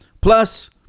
plus